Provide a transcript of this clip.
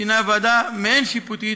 שהנה ועדה מעין-שיפוטית,